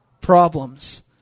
problems